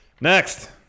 Next